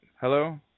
hello